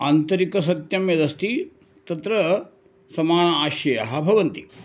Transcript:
आन्तरिकसत्यं यदस्ति तत्र समान आशयाः भवन्ति